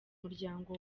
muryango